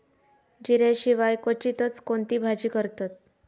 जिऱ्या शिवाय क्वचितच कोणती भाजी करतत